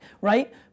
right